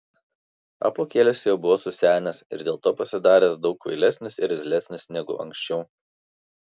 apuokėlis jau buvo susenęs ir dėl to pasidaręs daug kvailesnis ir irzlesnis negu anksčiau